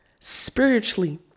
spiritually